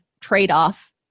trade-off